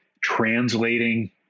translating